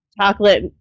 Chocolate